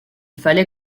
fallait